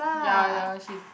ya ya she